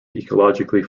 ecologically